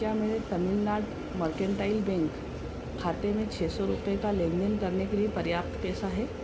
क्या मेरे Tamil Nadu Mercantile Bank खाते में छः सौ रुपये का लेनदेन करने के लिए पर्याप्त पैसा है